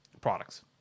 products